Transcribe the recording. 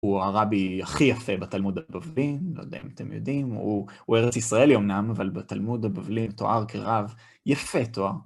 הוא הרבי הכי יפה בתלמוד הבבלי, לא יודע אם אתם יודעים. הוא ארץ ישראלי אומנם, אבל בתלמוד הבבלי, תואר כרב, יפה תואר.